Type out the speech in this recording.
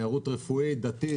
יש גם תיירות רפואית ודתית.